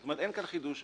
זאת אומרת, אין כאן חידוש.